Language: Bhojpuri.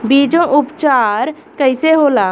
बीजो उपचार कईसे होला?